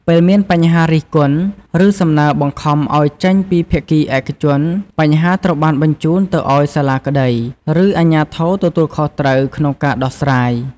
ពេលមានការរិះគន់ ឬសំណើបង្ខំឲ្យចេញពីភាគីឯកជន បញ្ហាត្រូវបានបញ្ជូនទៅឲ្យសាលាក្តីឬអាជ្ញាធរទទួលខុសត្រូវក្នុងការដោះស្រាយ។